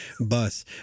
bus